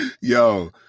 Yo